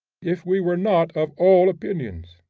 if we were not of all opinions!